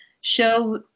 Show